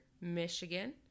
Michigan